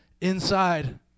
inside